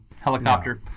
Helicopter